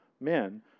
men